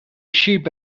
sheep